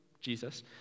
Jesus